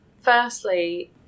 Firstly